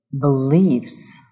beliefs